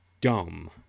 dumb